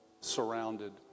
surrounded